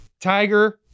Tiger